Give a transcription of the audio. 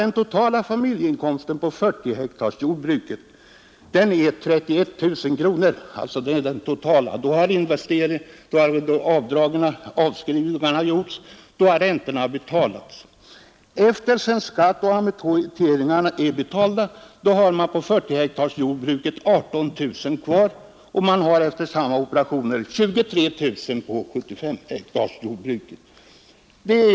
Den totala familjeinkomsten på 40-hektarsjordbruket är 31 000 kronor — då har avdrag och avskrivningar gjorts och räntor betalats. När skatt och amorteringar är betalade har man på 40-hektarsjordbruket 18 000 kronor kvar; för 75-hektarsjordbruket är motsvarande siffra 23 000 kronor.